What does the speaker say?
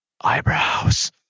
Eyebrows